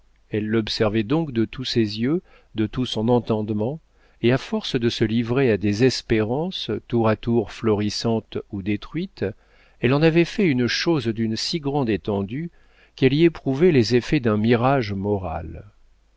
elle l'observait donc de tous ses yeux de tout son entendement et à force de se livrer à des espérances tour à tour florissantes ou détruites elle en avait fait une chose d'une si grande étendue qu'elle y éprouvait les effets d'un mirage moral